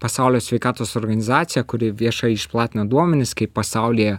pasaulio sveikatos organizacija kuri viešai išplatina duomenis kaip pasaulyje